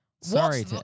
Sorry